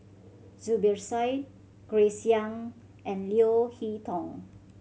Zubir Said Grace Young and Leo Hee Tong